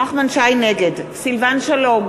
נגד סילבן שלום,